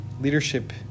leadership